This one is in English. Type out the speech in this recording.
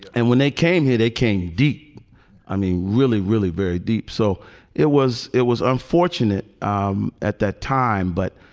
and when they came here, they came deep i mean, really, really very deep. so it was it was unfortunate um at that time. but